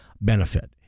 benefit